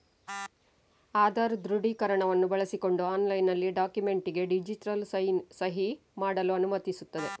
ಆಧಾರ್ ದೃಢೀಕರಣವನ್ನು ಬಳಸಿಕೊಂಡು ಆನ್ಲೈನಿನಲ್ಲಿ ಡಾಕ್ಯುಮೆಂಟಿಗೆ ಡಿಜಿಟಲ್ ಸಹಿ ಮಾಡಲು ಅನುಮತಿಸುತ್ತದೆ